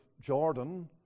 Jordan